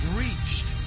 reached